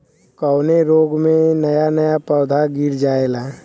कवने रोग में नया नया पौधा गिर जयेला?